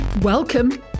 Welcome